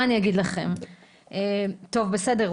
טוב, בסדר.